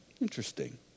Interesting